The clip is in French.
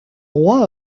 roi